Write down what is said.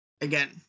again